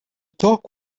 talk